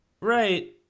Right